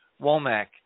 Womack